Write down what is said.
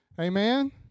Amen